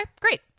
great